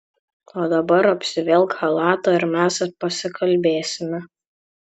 o dabar apsivilk chalatą ir mes pasikalbėsime